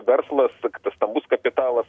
verslas tas stambus kapitalas